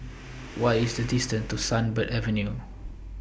What IS The distance to Sunbird Avenue